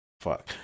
fuck